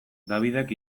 davidek